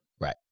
Right